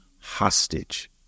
hostage